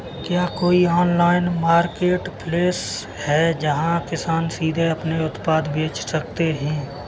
क्या कोई online marketplace है जहाँ किसान सीधे अपने उत्पाद बेच सकते हैं?